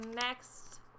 next